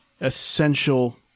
essential